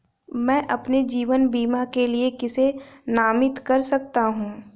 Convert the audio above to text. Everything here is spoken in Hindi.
मैं अपने जीवन बीमा के लिए किसे नामित कर सकता हूं?